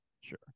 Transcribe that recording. Sure